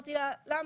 אמרתי לה "..למה?